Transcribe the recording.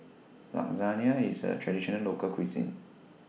Lasagna IS A Traditional Local Cuisine